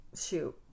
shoot